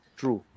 true